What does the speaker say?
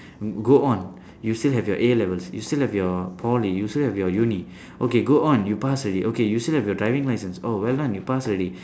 go on you still have your A-levels you still have your poly you still have your uni okay go on you pass already okay you still have your driving license oh well done you pass already